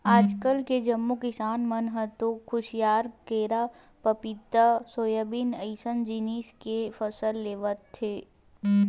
आजकाल के जम्मो किसान मन ह तो खुसियार, केरा, पपिता, सोयाबीन अइसन जिनिस के फसल लेवत हे